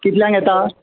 कितल्यांक येता